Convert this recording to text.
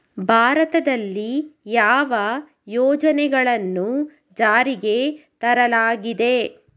ಭಾರತದಲ್ಲಿ ಯಾವ ಯೋಜನೆಗಳನ್ನು ಜಾರಿಗೆ ತರಲಾಗಿದೆ?